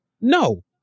No